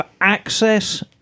access